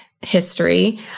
history